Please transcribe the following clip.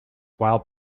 while